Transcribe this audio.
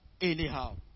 anyhow